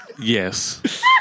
Yes